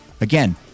again